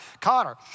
Connor